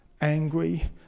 angry